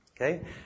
okay